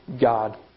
God